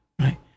Right